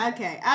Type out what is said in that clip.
Okay